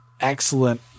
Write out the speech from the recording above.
excellent